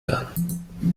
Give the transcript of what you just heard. werden